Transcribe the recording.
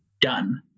done